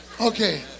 Okay